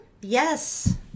Yes